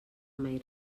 mai